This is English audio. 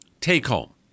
take-home